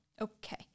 okay